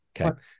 Okay